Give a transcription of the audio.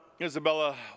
Isabella